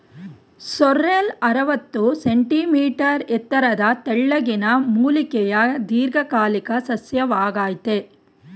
sorrel ಅರವತ್ತು centimetre ಎತ್ತರದ ತೆಳ್ಳಗಿನ ಮೂಲಿಕೆಯ ದೀರ್ಘಕಾಲಿಕ ಸಸ್ಯವಾಗಯ್ತೆ